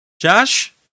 Josh